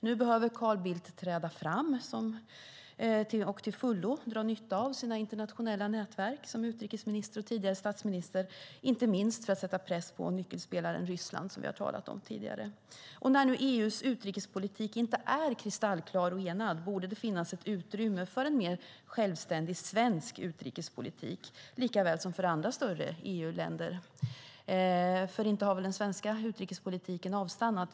Nu behöver Carl Bildt träda fram och till fullo dra nytta av sina internationella nätverk som utrikesminister och tidigare statsminister, inte minst för att sätta press på nyckelspelaren Ryssland, som vi har talat om tidigare. När nu EU:s utrikespolitik inte är kristallklar och enad borde det för Sverige finnas ett utrymme för en mer självständig svensk utrikespolitik likaväl som för andra större EU-länder. Inte har väl den svenska utrikespolitiken avstannat?